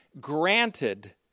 granted